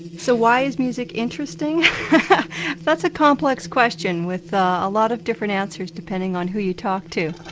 so why is music interesting that's a complex question with ah a lot of different answers depending on who you talk to.